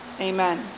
Amen